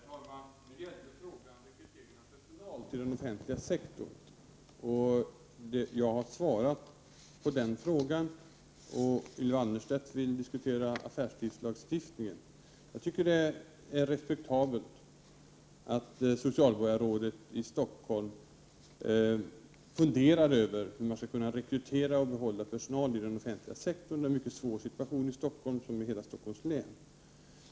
Herr talman! Frågan gällde rekrytering av personal till den offentliga sektorn. Jag har svarat på den frågan. Ylva Annerstedt vill nu diskutera affärstidslagstiftningen. Jag tycker att det är respektabelt att socialborgarrådet i Stockholm funderar över hur man skall kunna rekrytera och behålla personal i den offentliga sektorn. Det är en mycket svår situation i Stockholm, och även i Stockholms län.